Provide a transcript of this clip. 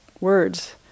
words